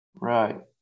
right